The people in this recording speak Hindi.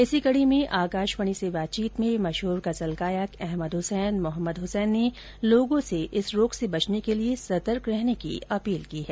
इसी कड़ी में आकाशवाणी से बातचीत में मशहूर गजल गायक अहमद हुसैन मोहम्मद हुसैन ने लोगों से इस रोग से बचने के लिए सतर्क रहने की अपील की है